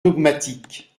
dogmatique